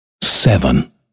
Seven